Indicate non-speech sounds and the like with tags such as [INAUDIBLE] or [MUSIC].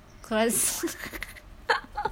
crois~ [LAUGHS]